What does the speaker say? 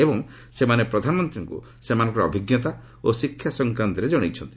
ଏବଂ ସେମାନେ ପ୍ରଧାନମନ୍ତ୍ରୀଙ୍କୁ ସେମାନଙ୍କର ଅଭିଜ୍ଞତା ଓ ଶିକ୍ଷା ସଂକ୍ରାନ୍ତରେ ଜଣାଇଛନ୍ତି